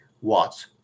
watts